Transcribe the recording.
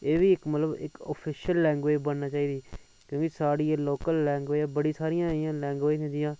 एह् बी इक मतलब इक आफिशियल लैंग्वेज बनना चाहिदी क्योंकि स्हाड़ी एह् लोकल लैंग्वेज बड़ी सारियां इयां लैंग्वेज न जियां